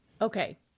Okay